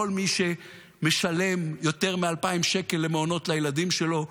כל מי שמשלם יותר מ-2,000 שקל למעונות לילדים שלו,